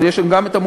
אבל יש להם גם מונח,